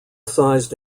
sized